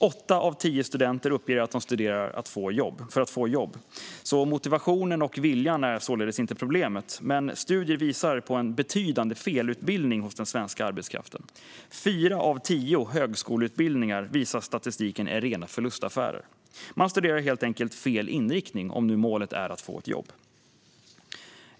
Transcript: Åtta av tio studenter uppger att de studerar för att få jobb, så motivationen och viljan är således inte problemet. Men studier visar på en betydande felutbildning hos den svenska arbetskraften. Statistiken visar att fyra av tio högskoleutbildningar är rena förlustaffärer. Man studerar helt enkelt fel inriktning om målet är att få ett jobb.